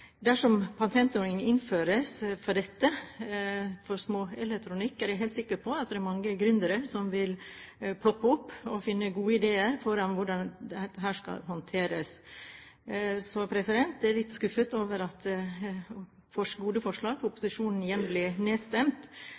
Dersom panteordninger innføres for småelektronikk, er jeg helt sikker på at det er mange gründere som vil poppe opp og finne gode ideer for hvordan dette skal håndteres. Så er jeg litt skuffet over at gode forslag fra opposisjonen igjen blir nedstemt.